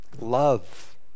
love